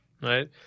right